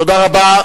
תודה רבה.